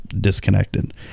disconnected